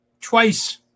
twice